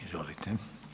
Izvolite.